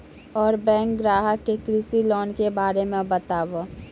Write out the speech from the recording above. और बैंक ग्राहक के कृषि लोन के बारे मे बातेबे?